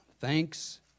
thanks